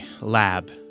lab